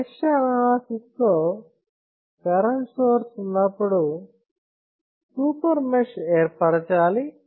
mesh analysis లో current source ఉన్నప్పుడు super mesh ఏర్పరచాలి